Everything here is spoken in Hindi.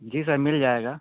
जी सर मिल जाएगा